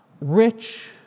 Rich